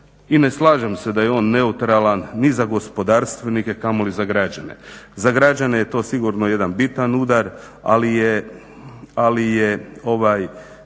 i ne slažem se da je on neutralan ni za gospodarstvenike, kamoli za građane. Za građane je to sigurno jedan bitan udar, ali je